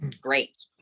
Great